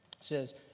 says